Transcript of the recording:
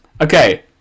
Okay